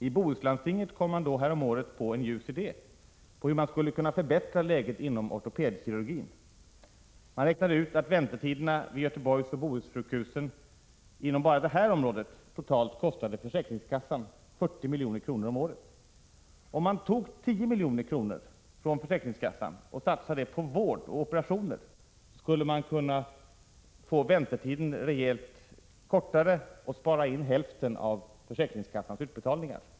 I Bohuslandstinget kom man häromåret på en ljus idé om hur man skulle kunna förbättra läget inom ortopedkirurgin. Man räknade ut att väntetiderna vid Göteborgsoch Bohussjukhusen inom bara det här området totalt kostade försäkringskassan 40 milj.kr. om året. Om man tog 10 milj.kr. från försäkringskassan och satsade dem på vård och operationer, skulle man både kunna få väntetiden rejält avkortad och spara in hälften av försäkringskassans utbetalningar.